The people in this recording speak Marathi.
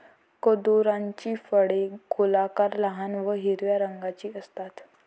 करोंदाची फळे गोलाकार, लहान व हिरव्या रंगाची असतात